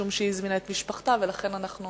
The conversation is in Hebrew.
משום שהיא הזמינה את משפחתה, ולכן אנחנו